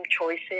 choices